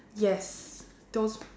yes those